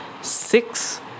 six